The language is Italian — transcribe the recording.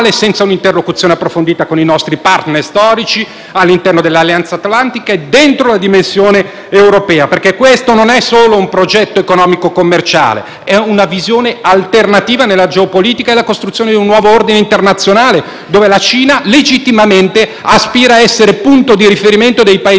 perché questo non è solo un progetto economico-commerciale, ma è una visione alternativa nella geopolitica e nella costruzione di un nuovo ordine internazionale, in cui la Cina, legittimamente, aspira ad essere punto di riferimento dei Paesi in via di sviluppo e dei Paesi non allineati. Dunque, attenzione: possiamo stare dentro questo progetto, ma